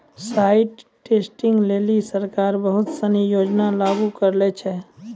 site testing लेलि सरकार बहुत सिनी योजना लागू करलें छै